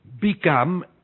become